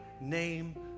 name